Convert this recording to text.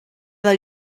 del